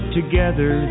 together